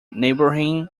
neighboring